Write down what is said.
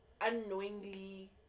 unknowingly